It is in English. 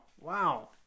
wow